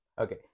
Okay